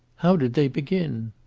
how did they begin?